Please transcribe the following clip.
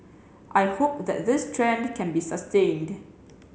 I hope that this trend can be sustained